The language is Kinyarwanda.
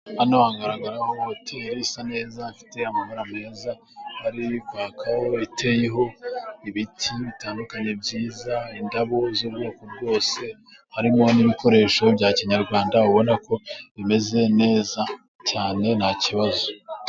Hano hagaragaraho hoteli isa neza, ifite amabara meza ari kwakaho, iteyeho ibiti bitandukanye byiza, indabo z'ubwoko bwose. Harimo n'ibikoresho bya kinyarwanda ubona ko bimeze neza cyane nta kibazo.